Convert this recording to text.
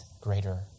greater